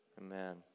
amen